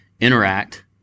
interact